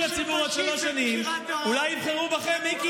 שמירה על זכויות המיעוטים.